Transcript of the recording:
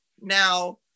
now